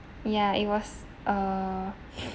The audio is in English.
ya it was uh